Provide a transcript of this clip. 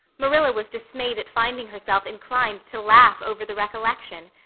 marilla was dismayed at finding herself inclined to laugh over the recollection.